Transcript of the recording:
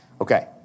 Okay